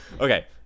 okay